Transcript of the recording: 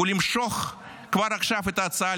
הוא למשוך כבר עכשיו את ההצעה,